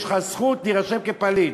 יש לך זכות להירשם כפליט,